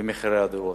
במחירי הדירות.